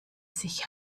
sich